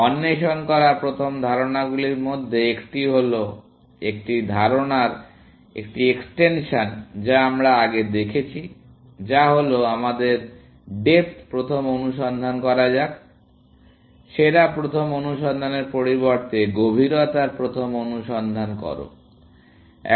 অন্বেষণ করা প্রথম ধারণাগুলির মধ্যে একটি হল একটি ধারণার একটি এক্সটেনশন যা আমরা আগে দেখেছি যা হল আমাদের ডেপ্থ প্রথম অনুসন্ধান করা যাক সেরা প্রথম অনুসন্ধানের পরিবর্তে গভীরতার প্রথম অনুসন্ধান করুন